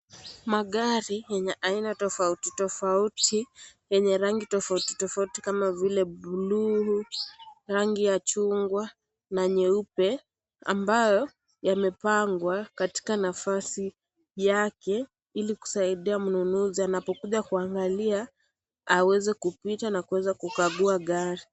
Magari yenye aina tofauti tofauti, yenye rangi tofauti tofauti kama vile buluu, rangi ya chungwa na nyeupe, ambayo yamepangwa katika nafasi yake ilikusaidia mnunuzi anapokuja kuangalia aweze kupita na kuweza kukagua gari.